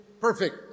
perfect